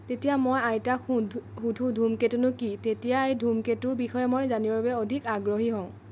তেতিয়া মই আইতাক সোধ সোধোঁ ধূমকেতুনো কি তেতিয়াই ধূমকেতুৰ বিষয়ে মই জানিবৰ বাবে অধিক আগ্ৰহী হওঁ